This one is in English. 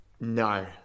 No